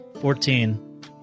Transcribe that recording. Fourteen